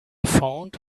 phoned